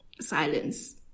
silence